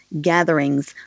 gatherings